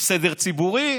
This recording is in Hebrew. יש סדר ציבורי.